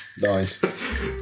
Nice